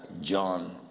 John